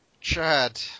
Chad